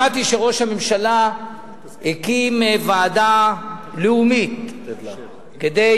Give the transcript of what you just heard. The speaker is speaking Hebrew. שמעתי שראש הממשלה הקים ועדה לאומית כדי